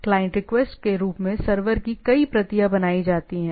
client request के रूप में सर्वर की कई प्रतियां बनाई जाती हैं